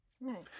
Nice